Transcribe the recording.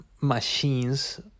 machines